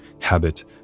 habit